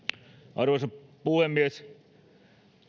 arvoisa puhemies